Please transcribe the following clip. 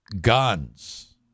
guns